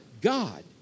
God